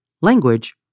language